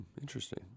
Interesting